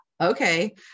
okay